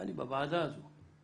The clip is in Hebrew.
אני בוועדה הזו.